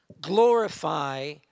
glorify